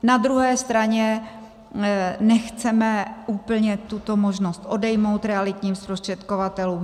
Na druhé straně nechceme úplně tuto možnost odejmout realitním zprostředkovatelům.